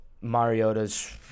Mariota's